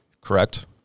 Correct